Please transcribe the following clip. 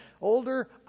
older